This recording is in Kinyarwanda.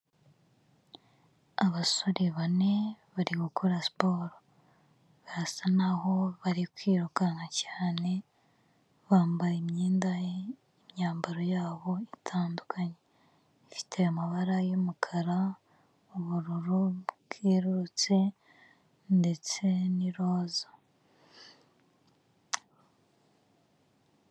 Abasore bane bari gukora siporo, barasa n'aho bari kwirukanka cyane, bambaye imyenda y'imyabaro yabo itandukanye, ifite amabara y'umukara n'ubururu bwerurutse ndetse n'iroza.